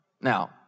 Now